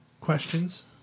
questions